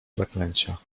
zaklęcia